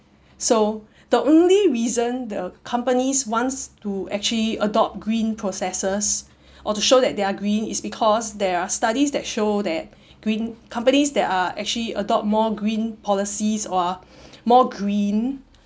so the only reason the companies wants to actually adopt green processes or to show that they are green is because there are studies that show that green companies that are actually adopt more green policies or are more green